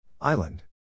Island